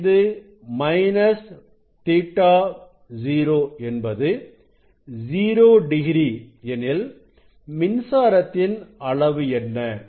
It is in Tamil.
25 மைனஸ் Ɵ0 என்பது 0 டிகிரி எனில் மின்சாரத்தின் அளவு என்ன